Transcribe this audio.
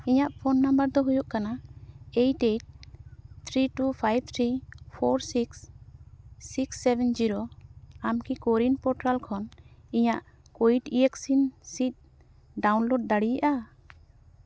ᱤᱧᱟᱹᱜ phone number ᱫᱚ ᱦᱩᱭᱩᱜ ᱠᱟᱱᱟ eight eight three two five three four six six seven zero ᱟᱢᱠᱤ ᱠᱳᱣᱤᱱ ᱯᱳᱨᱴᱟᱞ ᱠᱷᱚᱱ ᱤᱧᱟᱹᱜ ᱠᱳᱣᱤᱱ ᱵᱷᱮᱠᱥᱤᱱ ᱥᱤᱫᱽ ᱰᱟᱣᱩᱱᱞᱳᱰ ᱫᱟᱲᱮᱭᱟᱜᱼᱟ